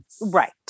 Right